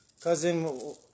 cousin